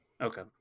Okay